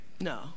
No